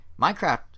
Minecraft